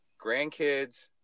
grandkids